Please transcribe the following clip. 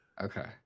Okay